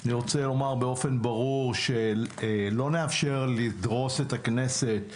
אני רוצה לומר באופן ברור שלא נאפשר לדרוס את הכנסת.